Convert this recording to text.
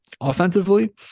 offensively